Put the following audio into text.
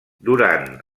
durant